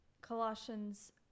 Colossians